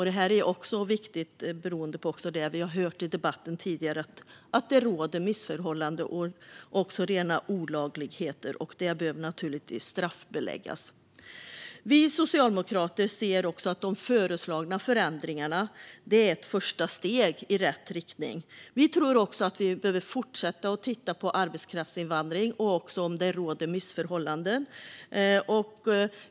Detta är viktigt med tanke på vad vi har hört i debatten tidigare, nämligen att det råder missförhållanden och utförs rena olagligheter. Det behöver naturligtvis straffbeläggas. Vi socialdemokrater anser att de föreslagna förändringarna är ett första steg i rätt riktning. Vi tror också att vi behöver fortsätta att titta på om det råder missförhållanden i arbetskraftsinvandringen.